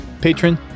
Patron